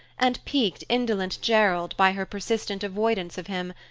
and piqued indolent gerald by her persistent avoidance of him,